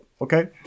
Okay